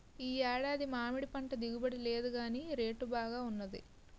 ఈ ఏడాది మామిడిపంట దిగుబడి లేదుగాని రేటు బాగా వున్నది